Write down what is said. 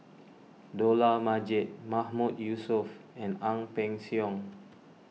Dollah Majid Mahmood Yusof and Ang Peng Siong